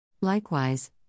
Likewise